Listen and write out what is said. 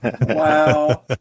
Wow